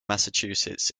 massachusetts